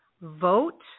vote